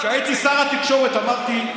כשהייתי שר התקשורת אמרתי,